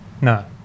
No